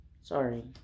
Sorry